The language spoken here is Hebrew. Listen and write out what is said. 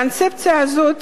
הקונספציה הזאת